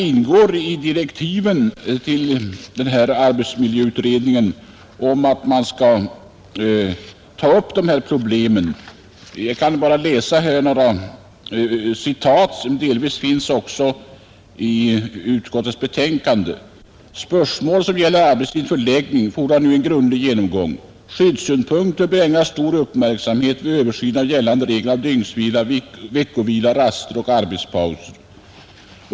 I direktiven för arbetsmiljöutredningen ingår att man skall ta upp dessa problem. Jag kan läsa några citat, som delvis också finns i utskottets betänkande. ”Spörsmål som gäller arbetstidens förläggning fordrar en grundlig genomgång, och skyddsaspekter bör ägnas stor uppmärksamhet vid översynen av gällande regler om dygnsvila, veckovila, raster och arbetspauser”.